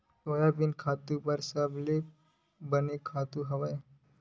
Soybean फसल बर कोन से खातु सबले बने हवय?